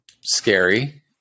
scary